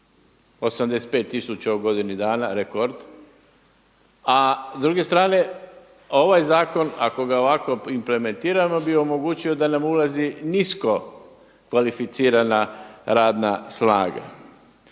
u godini dana, rekord, a s druge strane ovaj zakon ako ga ovako implementiramo bi omogućio da nam ulazi niskokvalificirana radna snaga.